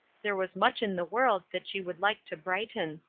there was much in the world that she would like to brighten.